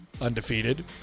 undefeated